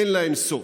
אין להם סוף.